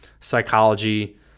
psychology